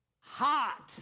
hot